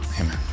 Amen